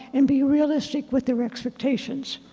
and be realistic with their expectations.